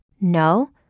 No